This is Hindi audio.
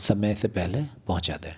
समय से पहले पहुँचा दें